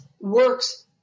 works